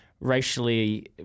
Racially